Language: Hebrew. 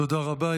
תודה רבה.